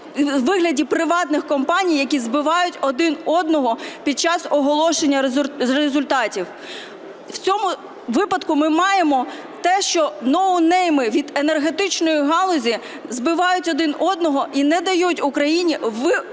вигляді приватних компаній, які збивають один одного під час оголошення результатів. У цьому випадку ми маємо те, що ноунейми від енергетичної галузі збивають один одного і не дають Україні вирішити